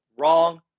wrong